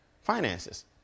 Finances